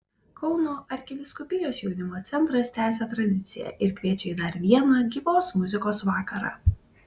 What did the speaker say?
kauno arkivyskupijos jaunimo centras tęsia tradiciją ir kviečią į dar vieną gyvos muzikos vakarą